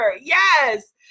yes